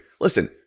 listen